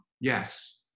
yes